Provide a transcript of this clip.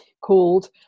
called